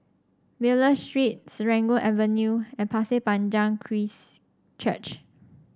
Miller Street Serangoon Avenue and Pasir Panjang Christ Church